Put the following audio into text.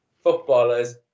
footballers